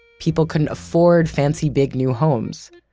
people couldn't afford fancy big new homes.